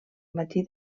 matí